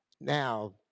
Now